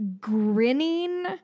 grinning